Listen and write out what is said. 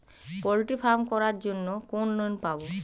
Poultry farm করার জন্য কোন লোন পাব?